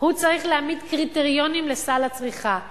הוא צריך להעמיד קריטריונים לסל הצריכה ולומר: